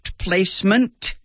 placement